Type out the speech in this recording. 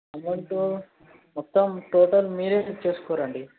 amount మొత్తం total మీరే fix చేసుకురండి